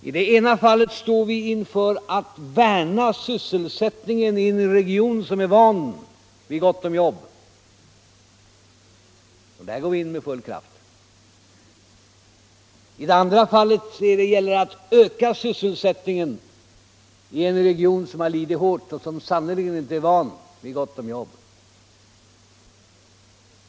I det ena fallet står vi inför att värna sysselsättningen i en region där man är van vid gott om jobb — och där går vi in med full kraft. I det andra fallet gäller det att öka sysselsättningen i en region som har lidit hårt och där man sannerligen inte är van vid gott om jobb.